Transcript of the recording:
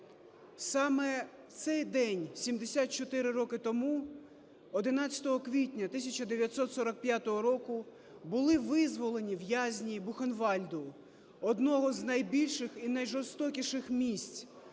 Саме в цей день 74 роки тому, 11 квітня 1945 року, були визволені в'язні Бухенвальду – одного з найбільших і найжорстокіших місць,